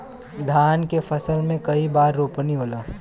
धान के फसल मे कई बार रोपनी होला?